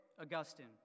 Augustine